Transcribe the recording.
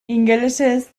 ingelesez